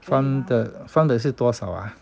farm 的 farm 的是多少啊